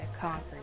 concrete